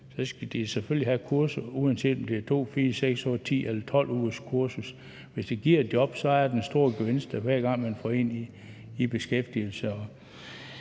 selvfølgelig skal have kurset, uanset om det er 2, 4, 6, 8, 10 eller 12 ugers kursus. Hvis det giver et job, er det den store gevinst, hver gang man får en i beskæftigelse.